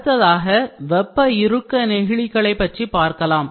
அடுத்ததாக வெப்ப இறுக்க நெகிழிகளை பற்றி பார்க்கலாம்